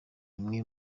imwe